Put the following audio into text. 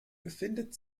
befindet